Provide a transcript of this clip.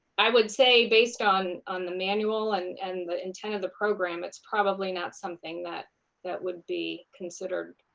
i would say based on on the manual and and the intent of the program, it's probably not something that that would be considered